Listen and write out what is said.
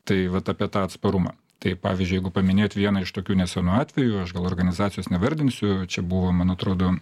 tai vat apie tą atsparumą tai pavyzdžiui jeigu paminėt vieną iš tokių nesenų atvejų aš gal organizacijos nevardinsiu čia buvo man atrodo